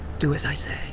do as i say.